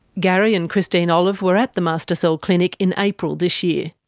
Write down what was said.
gary and christine olive were at the mastercell clinic in april this year.